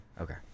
Okay